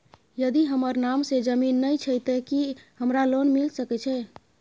यदि हमर नाम से ज़मीन नय छै ते की हमरा लोन मिल सके छै?